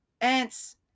ants